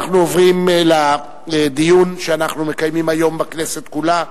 אנחנו עוברים לדיון שאנחנו מקיימים היום בכנסת כולה,